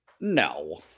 No